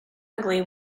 ugly